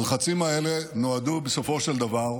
הלחצים האלה נועדו בסופו של דבר,